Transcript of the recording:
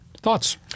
Thoughts